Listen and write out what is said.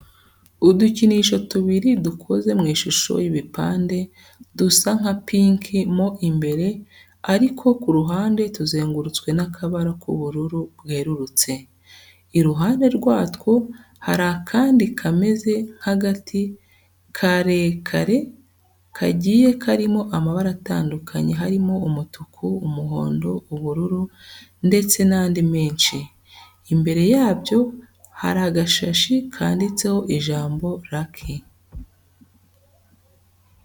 Udukinisho tubiri dukoze mu ishusho y'ibipande, dusa nka pinki mo imbere ariko ku ruhande tuzengurutswe n'akabara k'ubururu bwerurutse. Iruhande rwatwo hari akandi kameze nk'agati karekare kagiye karimo amabara atandukanye harimo umutuku, umuhondo, ubururu ndetse n'andi menshi. Imbere yabyo hari agashashi kanditseho ijambo lucky.